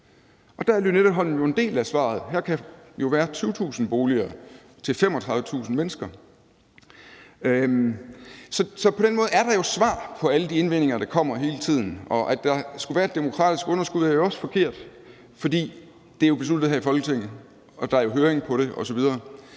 Der er Lynetteholmen jo en del af svaret, for her kan være 20.000 boliger til 35.000 mennesker. På den måde er der jo svar på alle de indvendinger, der kommer hele tiden, og at der skulle være et demokratisk underskud, er jo også forkert, for det er jo besluttet her i Folketinget, og der er jo høring på det osv.